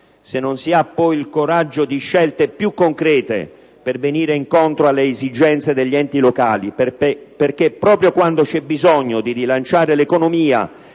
se non si ha poi il coraggio di scelte più concrete per venire incontro alle esigenze degli enti locali. Infatti, proprio quando c'è bisogno di rilanciare l'economia